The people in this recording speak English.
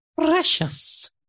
Precious